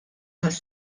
tas